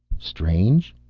strange?